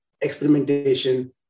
experimentation